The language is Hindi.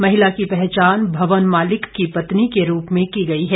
महिला की पहचान भवन मालिक की पत्नी के रूप में की गई है